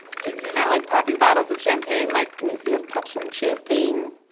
you're you're not, like, popping bottles of champagne, like. we may have popped some champagne.